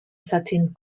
satin